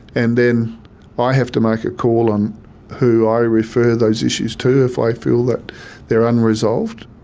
and then i have to make a call on who i refer those issues to, if i feel that they're unresolved.